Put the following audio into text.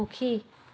সুখী